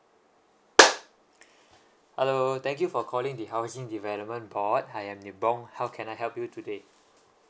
hello thank you for calling the housing development board I am nibong how can I help you today